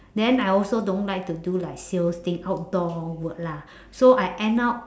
then I also don't like to do like sales thing outdoor work lah so I end up